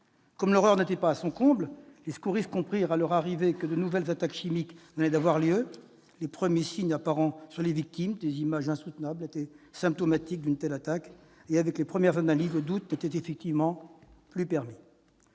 Comme l'horreur n'était pas encore à son comble, les secouristes comprirent à leur arrivée que de nouvelles attaques chimiques venaient d'avoir lieu. Les premiers signes apparents sur les victimes- des images insoutenables -étaient effectivement symptomatiques d'une telle attaque. Avec les premières analyses, le doute n'était plus permis.